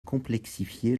complexifier